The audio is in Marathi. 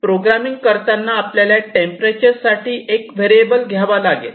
प्रोग्रामिंग करताना आपल्याला टेम्परेचर साठी एक व्हेरिएबल घ्यावा लागेल